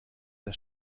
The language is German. der